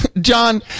John